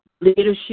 leadership